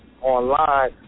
online